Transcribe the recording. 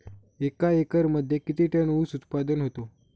एका एकरमध्ये किती टन ऊस उत्पादन होतो?